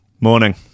Morning